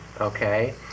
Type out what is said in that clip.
okay